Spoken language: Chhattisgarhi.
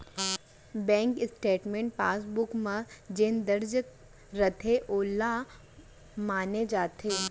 बेंक स्टेटमेंट पासबुक म जेन दर्ज रथे वोला माने जाथे